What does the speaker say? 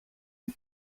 een